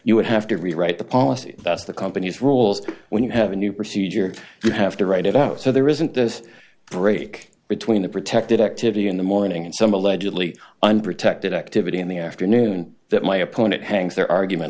you would have to rewrite the policy that's the company's rules when you have a new procedure you have to write it out so there isn't the break between the protected activity in the morning and some allegedly unprotected activity in the afternoon that my opponent hangs their argument